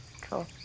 Cool